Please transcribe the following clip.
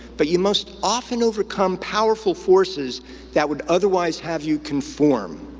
but you must often overcome powerful forces that would otherwise have you conform,